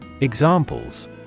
Examples